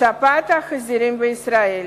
שפעת החזירים בישראל.